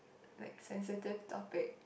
like sensitive topic